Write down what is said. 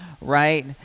right